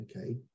okay